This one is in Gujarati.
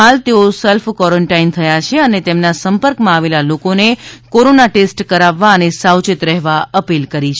હાલ તેઓ સેલ્ફ કોરોન્ટાઇન થયા છે અને તેમના સંપર્કમાં આવેલા લોકોને કોરોના ટેસ્ટ કરાવવા અને સાવચેત રહેવા અપીલ કરી છે